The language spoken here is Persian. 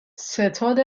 ستاد